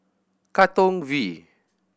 Katong V